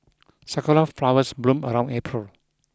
sakura flowers bloom around April